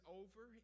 over